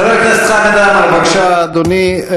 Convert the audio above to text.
חבר הכנסת חמד עמאר, בבקשה, אדוני.